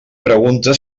pregunta